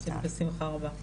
בשמחה רבה.